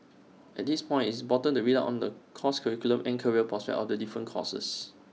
at this point IT is important to read on the course curriculum and career prospects of the different courses